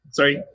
Sorry